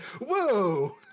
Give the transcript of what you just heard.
Whoa